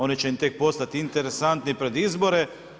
Oni će im tek postati interesantni pred izbore.